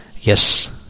Yes